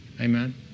Amen